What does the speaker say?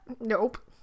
nope